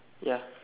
ya